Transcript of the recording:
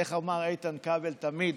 איך אמר איתן כבל תמיד?